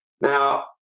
Now